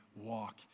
walk